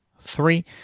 three